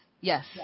Yes